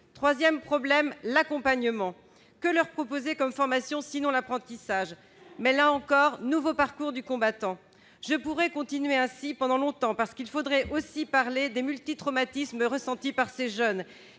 3ème problème l'accompagnement que leur proposer comme formation sinon l'apprentissage, mais là encore, nouveau parcours du combattant, je pourrais continuer ainsi pendant longtemps parce qu'il faudrait aussi parler des multi traumatismes ressentis par ces jeunes,